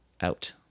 out